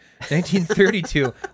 1932